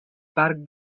parc